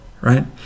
right